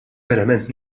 verament